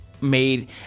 made